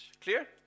clear